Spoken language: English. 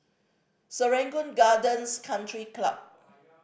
Serangoon Gardens Country Club